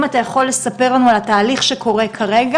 אם אתה יכול לספר לנו על התהליך שקורה כרגע,